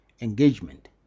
engagement